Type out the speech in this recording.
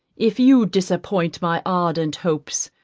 if you disappoint my ardent hopes,